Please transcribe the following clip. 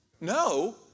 No